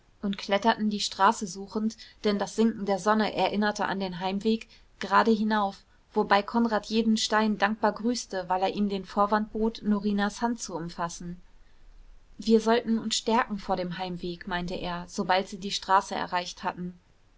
und kletterten die straße suchend denn das sinken der sonne erinnerte an den heimweg gerade hinauf wobei konrad jeden stein dankbar grüßte weil er ihm den vorwand bot norinas hand zu umfassen wir sollten uns stärken vor dem heimweg meinte er sobald sie die straße erreicht hatten